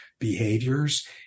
Behaviors